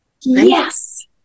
Yes